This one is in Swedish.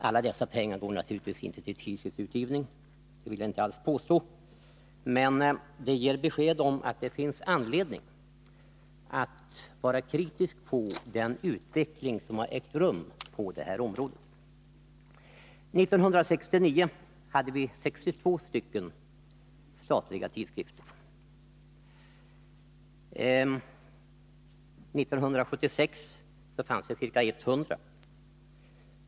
Alla dessa pengar går naturligtvis inte till tidskriftsutgivning — det vill jag inte alls påstå — men siffran ger ändå ett besked om att det finns anledning att vara kritisk mot den utveckling som har ägt rum på det här området. 1969 hade vi 62 statliga tidskrifter. 1976 fanns det ca 100.